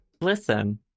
Listen